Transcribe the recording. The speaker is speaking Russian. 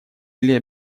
или